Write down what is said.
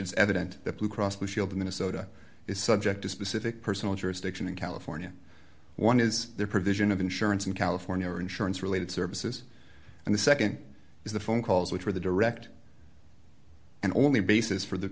it's evident that blue cross blue shield minnesota is subject to specific personal jurisdiction in california one is the provision of insurance in california or insurance related services and the nd is the phone calls which were the direct and only basis for the